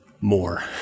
more